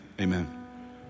amen